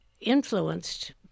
influenced